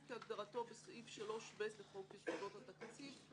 כהגדרתו בסעיף 3ב(א) לחוק יסודות התקציב,